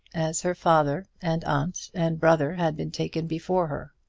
as her father, and aunt, and brother had been taken before her.